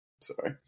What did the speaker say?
Sorry